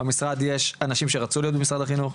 במשרד יש עכשיו אנשים שרצו להיות במשרד החינוך,